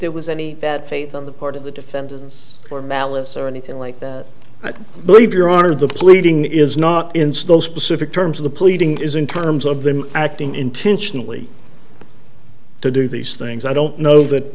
there was any that faith on the part of the defendants or malice or anything like that i believe your honor the pleading is not install specific terms of the pleading is in terms of them acting intentionally to do these things i don't know that